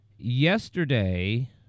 yesterday